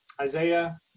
Isaiah